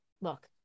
look